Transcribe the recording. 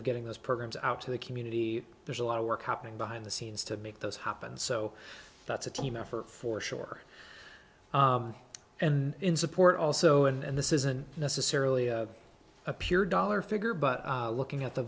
of getting those programs out to the community there's a lot of work happening behind the scenes to make those happen so that's a team effort for sure and in support also and this isn't necessarily a pure dollar figure but looking at the